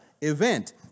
event